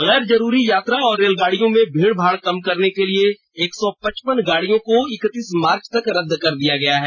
गैर जरूरी यात्रा और रेलगाडियों में भीड़माड़ कम करने के लिए एक सौ पचपन गाड़ियों को इक्कतीस मार्च तक रद्द किया गया है